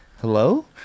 hello